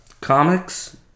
Comics